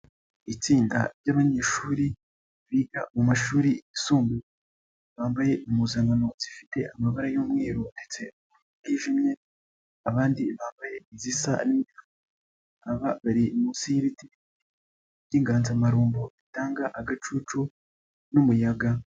Itsinda ry'abanyeshuri biga mu mumashuri yisumbuye, bambaye impuzano zifite amabara y'umweru ndetse nayijimye, abandi bambaye izisa bari munsi y'ibiti b'inganzamarumbo bitanga agacucu n'umuyaga.